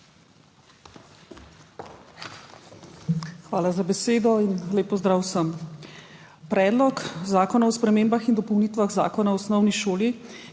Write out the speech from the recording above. Hvala za besedo. Lep pozdrav vsem. Predlog zakona o spremembah in dopolnitvah Zakona o osnovni šoli,